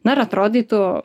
na ir atrodytų